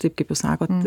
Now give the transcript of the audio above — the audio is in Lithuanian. taip kaip jūs sakot